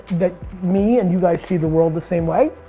that me and you guys see the world the same way